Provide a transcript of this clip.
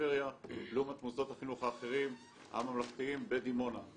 בפריפריה לעומת מוסדות החינוך האחרים הממלכתיים בדימונה.